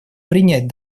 принять